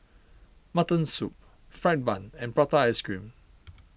Mutton Soup Fried Bun and Prata Ice Cream